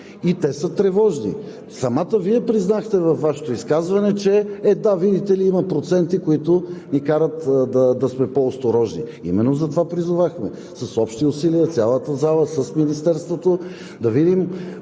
и са тревожни. Вие признахте в изказването Ви, че – да, видите ли, има проценти, които ни карат да сме по-осторожни. Именно затова призовахме с общи усилия, цялата зала, с Министерството